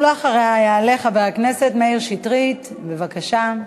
אחריה יעלה חבר הכנסת מאיר שטרית, בבקשה.